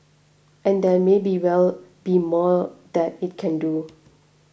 and there may be well be more that it can do